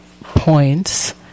points